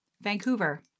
Vancouver